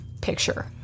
picture